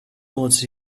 bullets